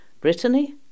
Brittany